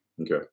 Okay